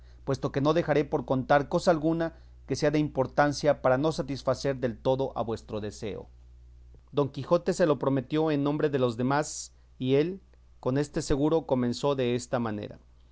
puesto que no dejaré por contar cosa alguna que sea de importancia para no satisfacer del todo a vuestro deseo don quijote se lo prometió en nombre de los demás y él con este seguro comenzó desta manera